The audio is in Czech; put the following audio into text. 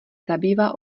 zabývá